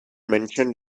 mentioned